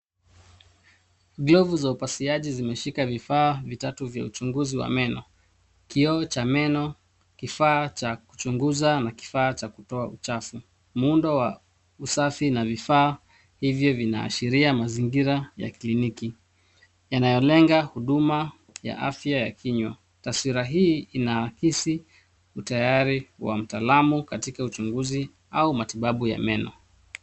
Glovu za upasuaji zimeshika vifaa vitatu vya uchunguzi wa meno. Kioo cha meno, kifaa cha kuchunguza na kifaa cha kutoa uchafu. Muundo wa usafi na vifaa hivyo vinaashiria mazingira ya kliniki yanayolenga huduma ya afya ya kinywa. Taswira hii inaakisi utayari wa mtaalamu katika uchunguzi au matibabu ya meno.